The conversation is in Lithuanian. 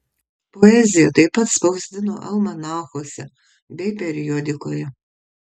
poeziją taip pat spausdino almanachuose bei periodikoje